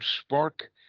spark